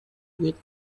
with